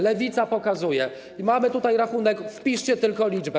Lewica pokazuje - mamy tutaj - rachunek, wpiszcie tylko liczbę.